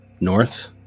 North